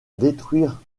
détruire